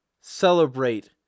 celebrate